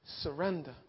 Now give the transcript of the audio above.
surrender